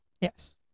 Yes